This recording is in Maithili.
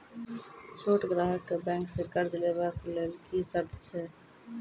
छोट ग्राहक कअ बैंक सऽ कर्ज लेवाक लेल की सर्त अछि?